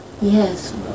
Yes